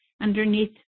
underneath